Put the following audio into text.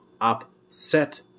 upset